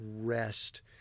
rest